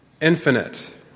Infinite